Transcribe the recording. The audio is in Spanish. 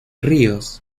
ríos